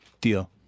Deal